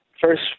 first